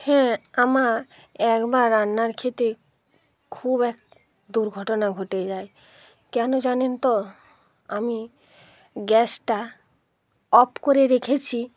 হ্যাঁ আমার একবার রান্নার ক্ষেত্রে খুব এক দুর্ঘটনা ঘটে যায় কেন জানেন তো আমি গ্যাসটা অফ করে রেখেছি